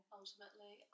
ultimately